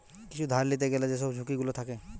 কিছু ধার লিতে গ্যালে যেসব ঝুঁকি গুলো থাকে